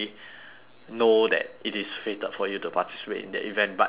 know that it is fated for you to participate in that event but did not